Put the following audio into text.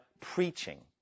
preaching